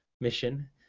mission